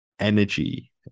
energy